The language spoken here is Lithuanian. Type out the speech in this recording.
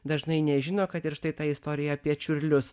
dažnai nežino kad ir štai tą istoriją apie čiurlius